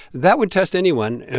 that would test anyone,